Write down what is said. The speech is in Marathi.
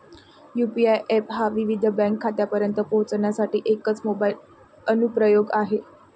यू.पी.आय एप हा विविध बँक खात्यांपर्यंत पोहोचण्यासाठी एकच मोबाइल अनुप्रयोग आहे